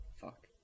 Fuck